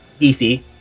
DC